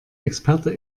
experte